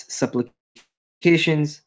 supplications